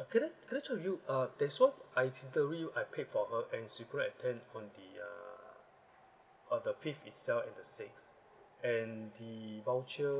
uh can I can I check with you uh there's one I interviewed I paid for her and she couldn't attend on the uh on the fifth itself and the sixth and the voucher